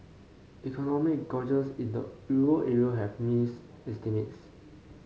economic gauges in the euro area have miss estimates